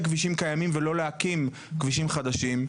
כבישים קיימים ולא להקים כבישים חדשים,